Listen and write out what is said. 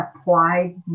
applied